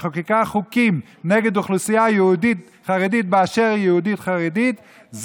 שחוקקה חוקים נגד אוכלוסייה יהודית חרדית באשר היא יהודית חרדית,